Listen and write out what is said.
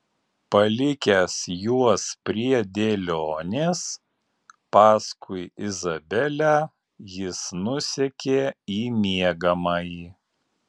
palikęs juos prie dėlionės paskui izabelę jis nusekė į miegamąjį